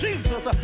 Jesus